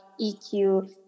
EQ